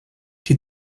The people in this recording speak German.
die